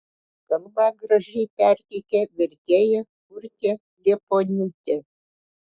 kalbą gražiai perteikė vertėja urtė liepuoniūtė